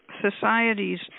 societies